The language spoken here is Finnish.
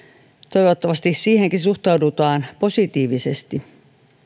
toivottavasti siihenkin suhtaudutaan positiivisesti